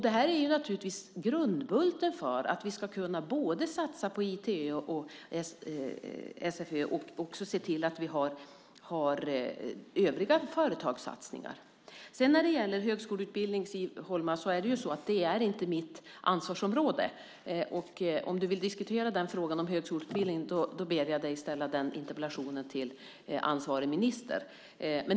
Det här är naturligtvis grundbulten för att vi ska kunna satsa på både ITÖ och CTÖ och också se till att vi gör övriga företagssatsningar. Högskoleutbildning, Siv Holma, är ju inte mitt ansvarsområde. Om du vill diskutera frågan om högskoleutbildning ber jag dig ställa den interpellationen till ansvarig minister.